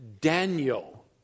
Daniel